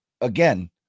again